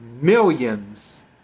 millions